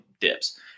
dips